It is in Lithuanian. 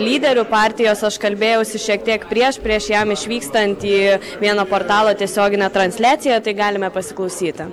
lyderių partijos aš kalbėjausi šiek tiek prieš prieš jam išvykstant į vieno portalo tiesioginę transliaciją tai galime pasiklausyti